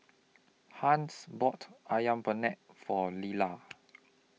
Hans bought Ayam Penyet For Leala